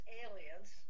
aliens